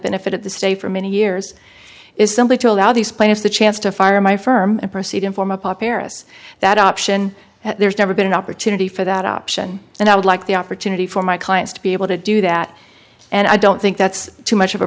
benefit of the state for many years is simply to allow these plaintiffs a chance to fire my firm and proceed and form a pop heiress that option there's never been an opportunity for that option and i would like the opportunity for my clients to be able to do that and i don't think that's too much of a